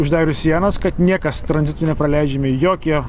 uždarius sienas kad niekas tranzitu nepraleidžiami jokie